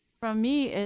from me